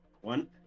One